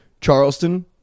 Charleston